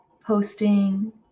posting